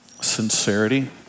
sincerity